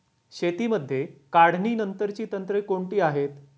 शेतीमध्ये काढणीनंतरची तंत्रे कोणती आहेत?